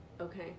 Okay